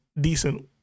decent